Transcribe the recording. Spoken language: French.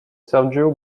sergio